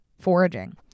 foraging